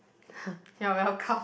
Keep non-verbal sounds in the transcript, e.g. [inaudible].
[noise] you are welcome